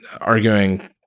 arguing